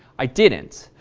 i didn't.